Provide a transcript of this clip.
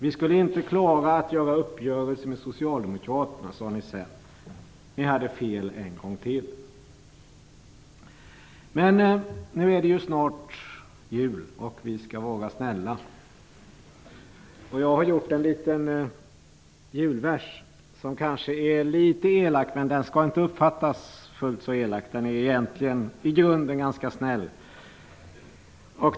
Vi skulle inte klara att träffa uppgörelser med socialdemokraterna, sade ni sedan. Ni hade fel en gång till. Men nu är det ju snart jul och vi skall vara snälla. Jag har skrivit en liten julvers som kanske är litet elak men den skall inte uppfattas som fullt så elak. Den är egentligen i grunden ganska snäll.